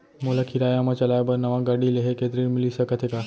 मोला किराया मा चलाए बर नवा गाड़ी लेहे के ऋण मिलिस सकत हे का?